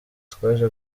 twaje